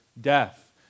death